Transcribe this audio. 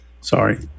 Sorry